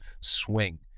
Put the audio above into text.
swing